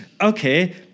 Okay